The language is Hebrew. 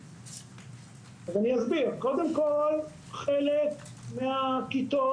מודל מס' 1 אומר להמתין